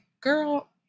girl